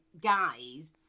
guys